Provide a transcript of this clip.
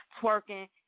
twerking